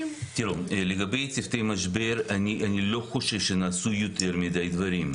לגבי צוותי משבר אני לא חושב שנעשו יותר מידי דברים.